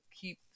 keep